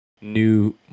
New